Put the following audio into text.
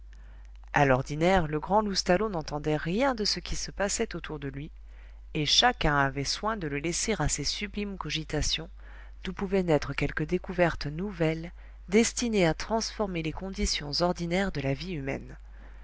a l'ordinaire le grand loustalot n'entendait rien de ce qui se passait autour de lui et chacun avait soin de le laisser à ses sublimes cogitations d'où pouvait naître quelque découverte nouvelle destinée à transformer les conditions ordinaires de la vie humaine